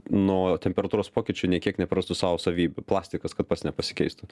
nuo temperatūros pokyčių nei kiek neprarastų savo savybių plastikas kad pats nepasikeistų